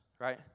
right